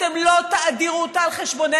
אתם לא תאדירו אותה על חשבוננו.